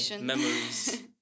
memories